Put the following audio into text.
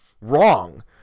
wrong